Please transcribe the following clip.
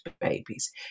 babies